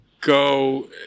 go